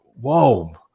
whoa